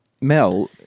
Mel